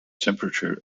temperature